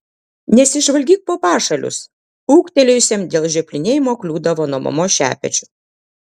nesižvalgyk po pašalius ūgtelėjusiam dėl žioplinėjimo kliūdavo nuo mamos šepečiu